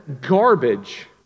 garbage